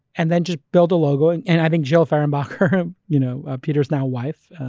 and then, just build a logo and and i think jill fehrenbachereur um you know ah peter's now wife,